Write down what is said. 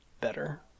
better